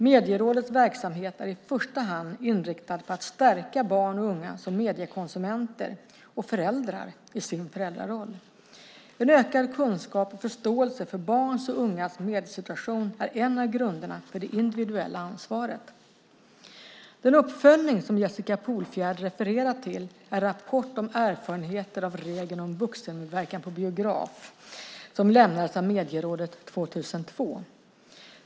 Medierådets verksamhet är i första hand inriktad på att stärka barn och unga som mediekonsumenter och föräldrar i deras föräldraroll. En ökad kunskap och förståelse för barns och ungas mediesituation är en av grunderna för det individuella ansvaret. Den uppföljning som Jessica Polfjärd refererar till är Rapport om erfarenheter av regeln om vuxenmedverkan på biograf, som lämnades av Medierådet 2002.